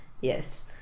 Yes